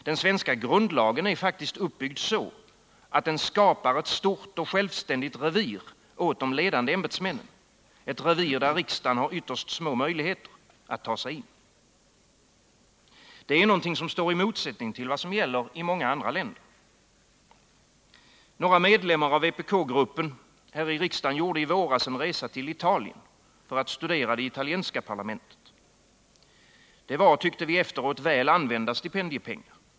Den svenska grundlagen är faktiskt uppbyggd så, att den åt de ledande ämbetsmännen skapar ett stort och självständigt revir, där riksdagen har ytterst små möjligheter att ta sig in. Detta är något som står i motsättning till vad som gäller i många andra länder. Några medlemmar av vpk-gruppen här i riksdagen gjorde i våras en resa till Italien för att studera det italienska parlamentet. Det var, tyckte vi efteråt, väl använda stipendiepengar.